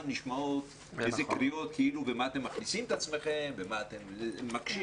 נשמעות קריאות כאילו מה אתם מכניסים את עצמכם ומה אתם מקשים.